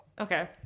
Okay